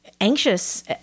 anxious